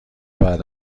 بعد